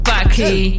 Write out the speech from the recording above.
Bucky